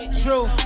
true